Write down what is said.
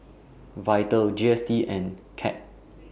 Vital G S T and CAG